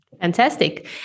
Fantastic